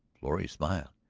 florrie smiled.